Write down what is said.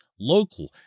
local